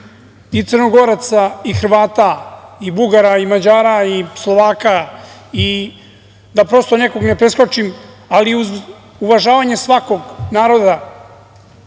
i Crnogoraca, Hrvata, Bugara, Mađara, Slovaka i da prosto nekog ne preskočim, ali uz uvažavanje naroda